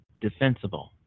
defensible